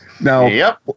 Now